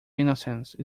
innocence